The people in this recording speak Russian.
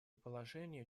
положения